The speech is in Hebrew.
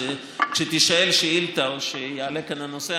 כשתישאל שאילתה או שיעלה כאן הנושא,